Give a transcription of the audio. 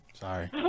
Sorry